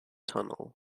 tunnel